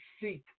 seek